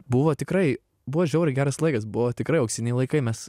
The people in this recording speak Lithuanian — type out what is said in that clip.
buvo tikrai buvo žiauriai geras laikas buvo tikrai auksiniai laikai mes